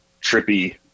trippy